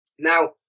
Now